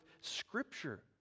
scripture